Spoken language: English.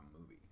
movie